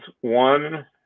One